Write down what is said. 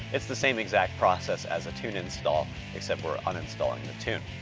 it's the same exact process as a tune install except we're uninstalling the tune.